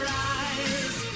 rise